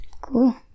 cool